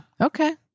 Okay